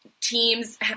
teams